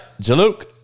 Jaluk